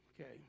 Okay